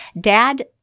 Dad